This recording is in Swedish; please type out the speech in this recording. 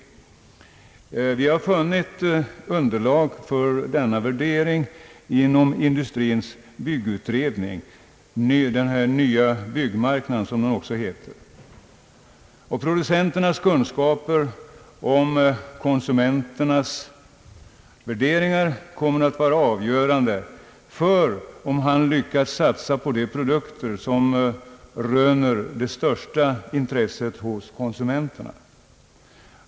Utskottet har funnit underlag för denna värdering genom industrins byggutredning — Den nya byggmarknaden, som den också heter. Producentens kunskaper om konsumenternas värderingar kommer att vara avgörande för om han lyckas satsa på de produkter som röner det största intresset hos konsumenterna.